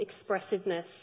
expressiveness